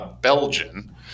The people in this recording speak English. Belgian